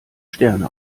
sterne